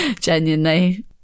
genuinely